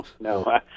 no